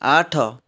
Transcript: ଆଠ